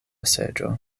seĝo